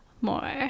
more